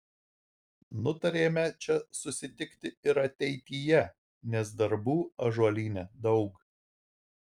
nutarėme čia susitikti ir ateityje nes darbų ąžuolyne daug